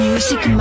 Music